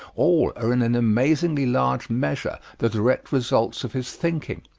all are in an amazingly large measure the direct results of his thinking.